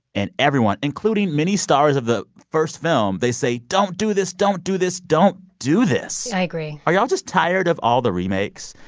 and everyone, including many stars of the first film they say, don't do this. don't do this. don't do this i agree are y'all just tired of all the remakes?